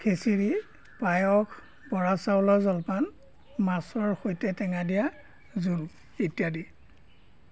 খিচিৰি পায়স বৰা চাউলৰ জলপান মাছৰ সৈতে টেঙা দিয়া জোল ইত্যাদি